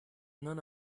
none